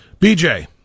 BJ